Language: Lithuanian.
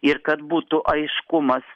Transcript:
ir kad būtų aiškumas